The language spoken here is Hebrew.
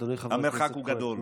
המרחק הוא גדול.